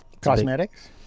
cosmetics